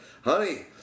honey